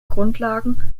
grundlagen